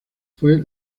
fue